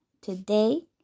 Today